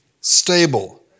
Stable